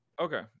Okay